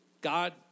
God